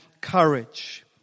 courage